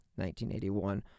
1981